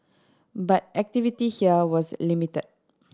but activity here was limited